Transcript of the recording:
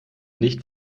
nicht